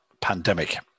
pandemic